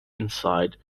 inside